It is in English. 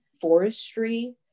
forestry